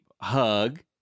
hug